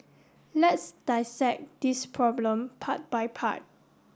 let's dissect this problem part by part